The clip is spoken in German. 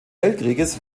weltkriegs